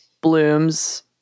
Blooms